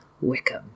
Wickham